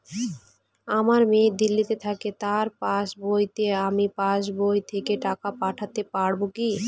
আমার মেয়ে দিল্লীতে থাকে তার পাসবইতে আমি পাসবই থেকে টাকা পাঠাতে পারব কি?